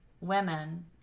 women